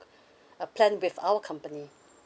a plan with our company